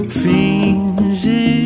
finge